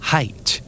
Height